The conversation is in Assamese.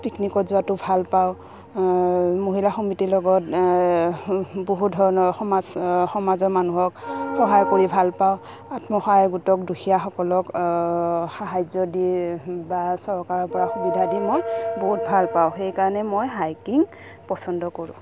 পিকনিকত যোৱাটো ভাল পাওঁ মহিলা সমিতিৰ লগত বহুত ধৰণৰ সমাজ সমাজৰ মানুহক সহায় কৰি ভাল পাওঁ আত্মসহায়ক গোটক দুখীয়াসকলক সাহাৰ্য দি বা চৰকাৰৰ পৰা সুবিধা দি মই বহুত ভাল পাওঁ সেইকাৰণেই মই হাইকিং পচন্দ কৰোঁ